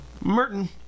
Merton